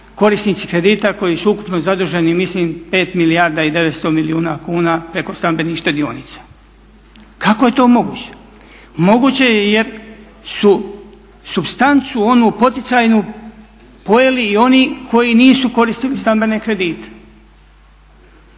korisnici kredita koji su ukupno zaduženi mislim 5 milijardi i 900 milijuna kuna preko stambenih štedionica, kako je to moguće. Moguće je jer su supstancu onu poticajnu pojeli i oni koji nisu koristili stambene kredite.